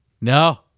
No